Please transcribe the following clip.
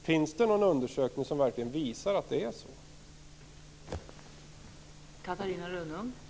Finns det någon undersökning som visar att det verkligen är så?